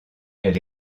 elle